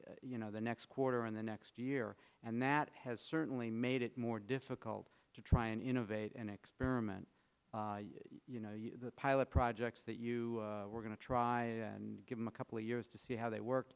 with you know the next quarter and the next year and that has certainly made it more difficult to try and innovate and experiment you know pilot projects that you were going to try and give them a couple of years to see how they work